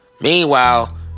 Meanwhile